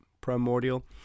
primordial